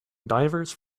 divers